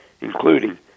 including